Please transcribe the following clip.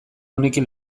honekin